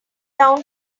down